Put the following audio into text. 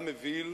גם אוויל